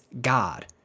God